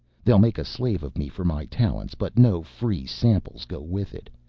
they'll make a slave of me for my talents, but no free samples go with it.